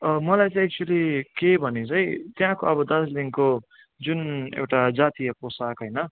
मलाई चाहिँ एक्च्युली के भने चाहिँ त्यहाँको अब दार्जिलिङको जुन एउटा जातीय पोसाक होइन